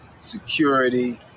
security